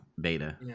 beta